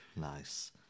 Nice